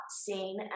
seen